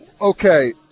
Okay